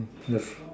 the